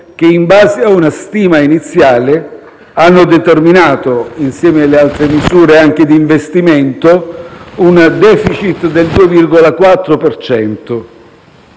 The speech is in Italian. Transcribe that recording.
che, in base a una stima iniziale, hanno determinato, insieme alle altre misure anche di investimento, un *deficit* del 2,4